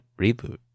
reboot